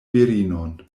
virinon